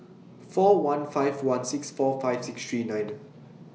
four one five one six four five six three nine